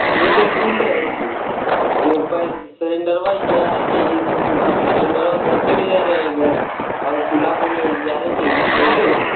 अभी तो पूछ रही थी यह पैर सिरेंडरवा ग्यारह चाहिए तो वह अब सेलेन्डरवा दस ही ले जा रहे हैं घर और चूल्हा बोल रहे हैं ग्यारह चाहिए कैसे होगा